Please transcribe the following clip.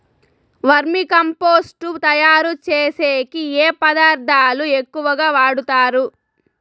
వర్మి compost తయారుచేసేకి ఏ పదార్థాలు ఎక్కువగా వాడుతారు